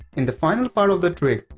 in the final part of the trick,